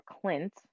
Clint